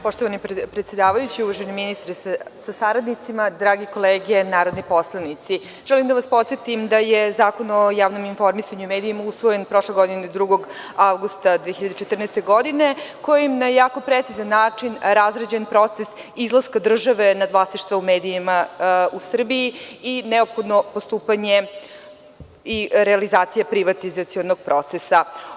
Poštovani predsedavajući, uvaženi ministre sa saradnicima, drage kolege narodni poslanici, želim da vas podsetim da je Zakon o javnom informisanju i medijima usvojen prošle godine, 2. avgusta 2014. godine, kojim na jako precizan način je razrađen proces izlaska države nad vlasništvom u medijima u Srbiji i neophodno postupanje i realizacija privatizacionog procesa.